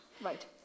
Right